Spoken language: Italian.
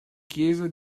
chiesa